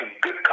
good